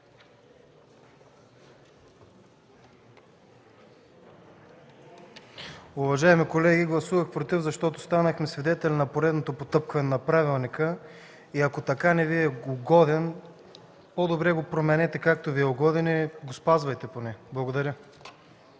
Уважаеми колеги, гласувах „против“, защото станахме свидетели на поредното потъпкване на правилника и ако така не Ви е угоден, по-добре го променете, както Ви е угоден и го спазвайте. Благодаря.